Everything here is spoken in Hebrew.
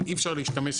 אבל אי אפשר להשתמש,